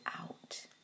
out